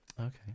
okay